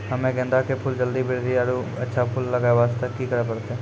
हम्मे गेंदा के फूल के जल्दी बृद्धि आरु अच्छा फूल लगय वास्ते की करे परतै?